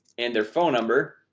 and their phone number